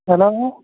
hello